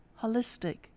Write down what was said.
holistic